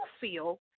feel